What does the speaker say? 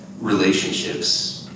relationships